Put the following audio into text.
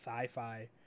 sci-fi